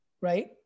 right